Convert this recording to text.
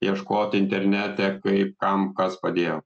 ieškot internete kaip kam kas padėjo